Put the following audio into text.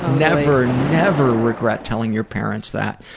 never, never regret telling your parents that.